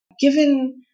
given